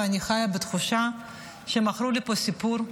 ואני חיה בתחושה שמכרו לי פה סיפור,